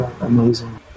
amazing